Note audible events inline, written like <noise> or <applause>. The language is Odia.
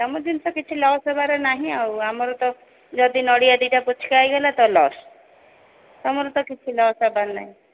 ତୁମ ଜିନିଷ କିଛି ଲସ୍ ହେବାର ନାହିଁ ଆଉ ଆମର ତ ଯଦି ନଡ଼ିଆ ଦିଟା <unintelligible> ହୋଇଗଲା ତ ଲସ୍ ତୁମର ତ କିଛି ଲସ୍ ହେବାର ନାହିଁ